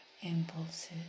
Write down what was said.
impulses